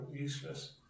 useless